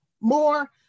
more